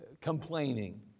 complaining